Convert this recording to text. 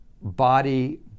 body